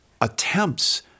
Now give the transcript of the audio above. attempts